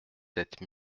sept